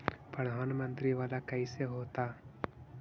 प्रधानमंत्री मंत्री वाला कैसे होता?